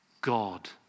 God